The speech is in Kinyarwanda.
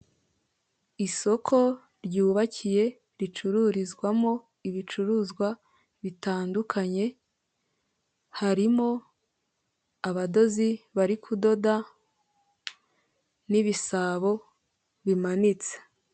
Isoko ryubakiye, ricururizwamo ibicuruzwa bitandukanye, harimo abadozi bari kudoda n'ibisabo bimanitse.